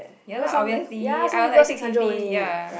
ya lah obviously I was like six fifty ya